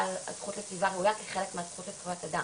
כחלק מזכויות אדם.